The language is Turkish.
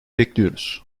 bekliyoruz